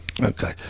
Okay